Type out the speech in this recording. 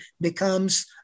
becomes